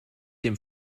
dem